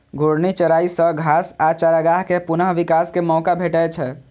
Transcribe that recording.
घूर्णी चराइ सं घास आ चारागाह कें पुनः विकास के मौका भेटै छै